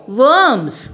worms